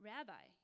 Rabbi